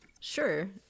Sure